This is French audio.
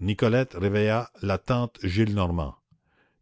nicolette réveilla la tante gillenormand